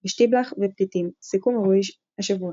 "בשטיבלך" ו"פתיתים – סיכום אירועי השבוע".